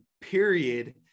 period